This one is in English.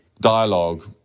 dialogue